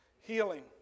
healing